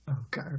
Okay